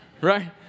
Right